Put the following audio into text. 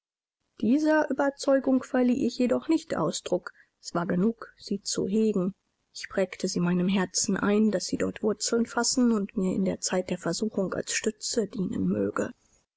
dieser überzeugung verlieh ich jedoch nicht ausdruck es war genug sie zu hegen ich prägte sie meinem herzen ein daß sie dort wurzel fassen und mir in der zeit der versuchung als stütze dienen möge